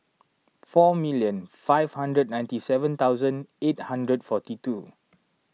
four million five hundred ninety seven thousand eight hundred forty two